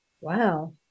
Wow